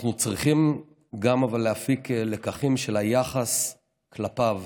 אבל אנחנו צריכים גם להפיק לקחים מן היחס כלפיו,